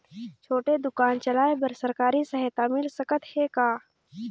छोटे दुकान चलाय बर सरकारी सहायता मिल सकत हे का?